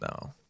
No